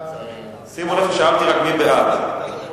שימו לב ששאלתי רק מי בעד.